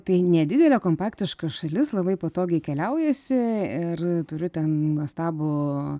tai nedidelė kompaktiška šalis labai patogiai keliaujasi ir turiu ten nuostabų